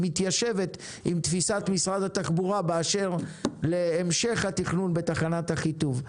מתיישבת עם תפיסת משרד התחבורה באשר להמשך התכנון בתחנת אחיטוב.